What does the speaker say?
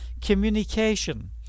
Communication